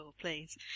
Please